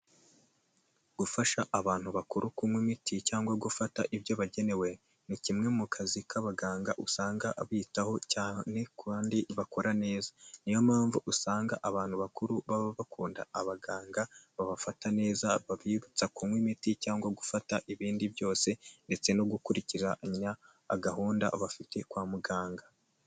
Gufasha abantu bakuru kunywa imiti cyangwa gufata ibyo bagenewe ni kimwe mu kazi k'abaganga usanga bitaho cyane ku bandi bakora neza, niyo mpamvu usanga abantu bakuru baba bakunda abaganga babafata neza babibutsa kunywa imiti cyangwa gufata ibindi byose ndetse no gukurikiranya gahunda abafite kwa muganga.